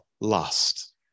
lust